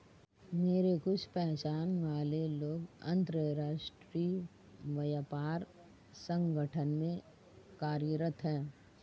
मेरे कुछ पहचान वाले लोग अंतर्राष्ट्रीय व्यापार संगठन में कार्यरत है